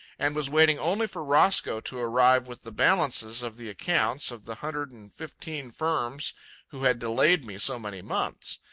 and was waiting only for roscoe to arrive with the balances of the accounts of the hundred and fifteen firms who had delayed me so many months.